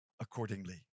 accordingly